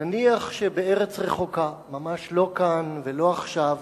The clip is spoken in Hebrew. נניח שבארץ רחוקה, ממש לא כאן ולא עכשיו,